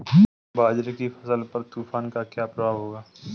बाजरे की फसल पर तूफान का क्या प्रभाव होगा?